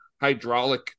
hydraulic